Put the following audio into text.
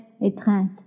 étreinte